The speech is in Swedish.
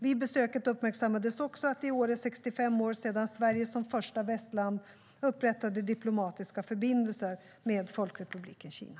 Vid besöket uppmärksammades också att det i år är 65 år sedan Sverige, som första västland, upprättade diplomatiska förbindelser med Folkrepubliken Kina.